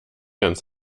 ganz